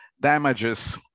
damages